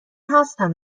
هستن